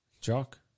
Jock